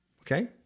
Okay